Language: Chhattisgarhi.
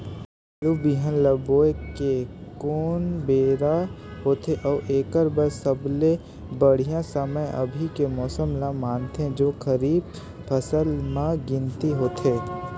आलू बिहान ल बोये के कोन बेरा होथे अउ एकर बर सबले बढ़िया समय अभी के मौसम ल मानथें जो खरीफ फसल म गिनती होथै?